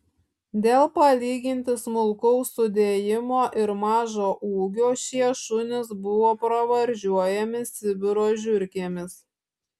dėl palyginti smulkaus sudėjimo ir mažo ūgio šie šunys buvo pravardžiuojami sibiro žiurkėmis